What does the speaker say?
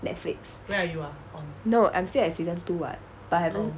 netflix no I'm still at season two [what] but I haven't